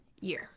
year